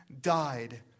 died